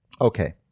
Okay